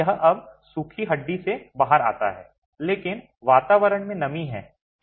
यह अब सूखी हड्डी से बाहर आता है लेकिन वातावरण में नमी है